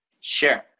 Sure